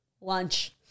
lunch